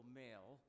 male